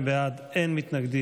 אורית פרקש הכהן,